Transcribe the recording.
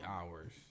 hours